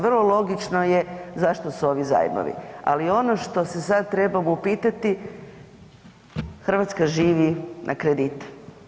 Vrlo logično je zašto su ovi zajmovi, ali ono što se sada trebamo upitati Hrvatska živi na kredite.